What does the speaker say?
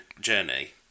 journey